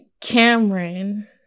Cameron